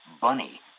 Bunny